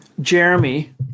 Jeremy